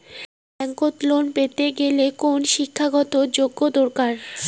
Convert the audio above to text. Bank loan পেতে কি কোনো শিক্ষা গত যোগ্য দরকার?